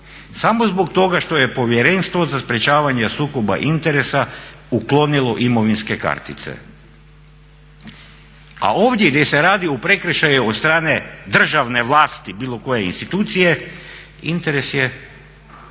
samo zbog toga što je Povjerenstvo za sprječavanje sukoba interesa uklonilo imovinske kartice. A ovdje gdje se radi o prekršaju od strane državne vlasti bilo koje institucije interes je daleko